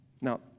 Now